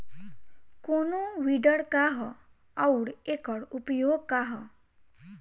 कोनो विडर का ह अउर एकर उपयोग का ह?